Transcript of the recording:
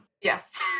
Yes